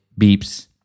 beeps